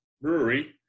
Brewery